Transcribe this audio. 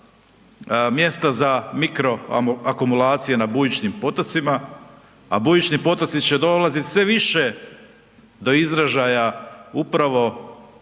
mjesta za mikro akumulacije na bujičnim potocima, a bujični potoci će dolazit sve više do izražaja upravo